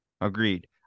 Agreed